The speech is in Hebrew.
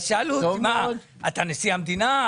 אז שאלו אותי, מה, אתה נשיא המדינה?